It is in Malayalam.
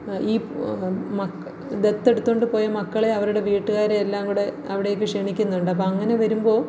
ഈ മക്കൾ ദത്തെടുത്തോണ്ട് പോയ മക്കളെ അവരുടെ വീട്ടുകാരെ എല്ലാങ്കൂടെ അവിടേക്ക് ക്ഷണിക്കുന്നുണ്ട് അപ്പം അങ്ങനെ വരുമ്പോൾ